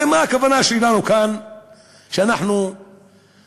הרי מה הכוונה שלנו כאן כשאנחנו נואמים,